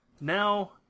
Now